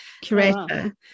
curator